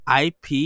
IP